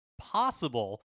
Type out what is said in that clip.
possible